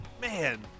Man